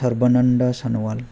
Sarbananda Sanwal